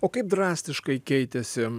o kaip drastiškai keitėsi